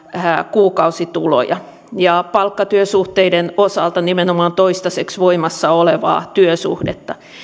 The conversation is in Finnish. kuukausituloja ja palkkatyösuhteiden osalta nimenomaan toistaiseksi voimassa olevaa työsuhdetta